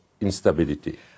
instability